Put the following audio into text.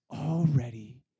already